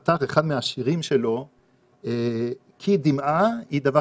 פתח אחד מהשירים שלו כי דמעה היא דבר